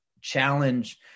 challenge